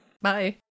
Bye